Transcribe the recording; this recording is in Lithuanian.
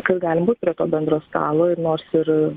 kad galim būt prie to bendro stalo ir nors ir